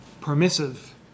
permissive